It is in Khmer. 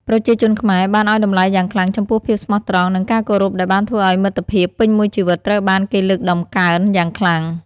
ប្រជាជនខ្មែរបានឲ្យតម្លៃយ៉ាងខ្លាំងចំពោះភាពស្មោះត្រង់និងការគោរពដែលបានធ្វើឲ្យមិត្តភាពពេញមួយជីវិតត្រូវបានគេលើកតម្កើងយ៉ាងខ្លាំង។